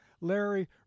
Larry